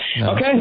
Okay